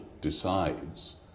decides